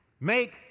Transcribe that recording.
Make